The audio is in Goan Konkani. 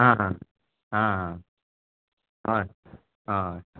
आं हा आं हय हय